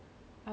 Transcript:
is